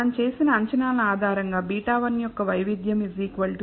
మనం చేసిన అంచనాల ఆధారంగా β1 యొక్క వైవిధ్యం σ2Sxx ఉంటుంది అని మళ్ళీ చూపించగలము